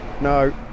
no